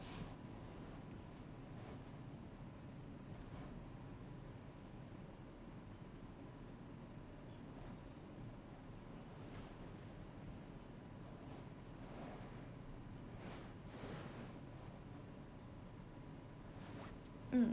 mm